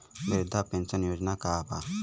वृद्ध पेंशन योजना का बा?